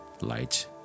light